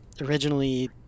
originally